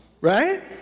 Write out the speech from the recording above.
right